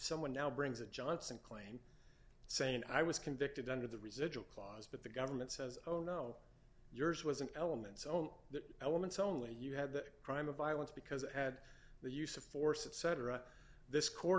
someone now brings that johnson claimed saying i was convicted under the residual clause but the government says oh no yours wasn't elements own that elements only you had the crime of violence because it had the use of force etc this court